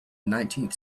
nineteenth